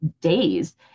days